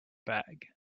bag